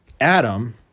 Adam